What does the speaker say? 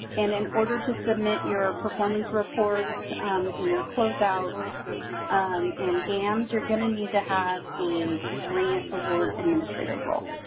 and in order to submit your performance reports in your closeouts and gams, you're going to need to have a grant award administrator role.